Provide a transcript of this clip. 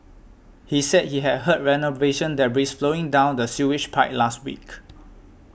he said he had heard renovation that debris flowing down the sewage pipe last week